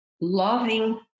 loving